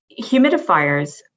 humidifiers